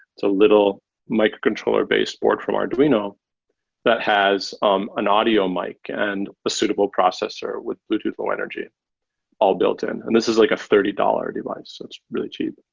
a little microcontroller baseboard from arduino that has um an audio mic and a suitable processor with bluetooth low energy all built-in, and this is like a thirty dollars device. so it's really cheap.